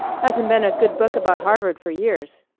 hasn't been a good book about harvard for years.